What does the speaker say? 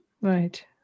right